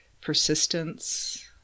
persistence